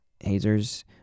hazers